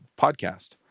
podcast